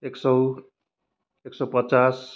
एक सौ एक सौ पचास